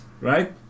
right